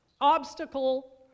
Obstacle